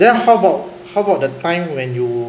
then how about how about the time when you